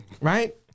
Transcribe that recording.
right